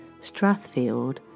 Strathfield